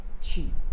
cheap